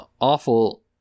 awful